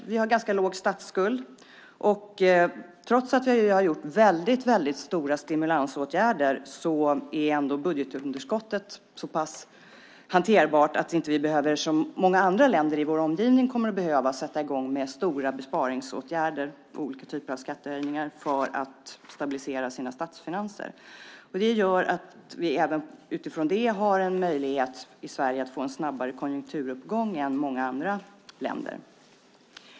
Vi har en ganska låg statsskuld. Och trots att vi har gjort väldigt stora stimulansåtgärder är budgetunderskottet så pass hanterbart att vi inte behöver, som många andra länder i vår omgivning kommer att behöva, sätta i gång med stora besparingsåtgärder och olika typer av skattehöjningar för att stabilisera statsfinanserna. Det gör att vi även utifrån det har en möjlighet i Sverige att få en snabbare konjunkturuppgång än många andra länder.